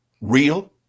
real